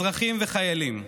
אזרחים וחיילים.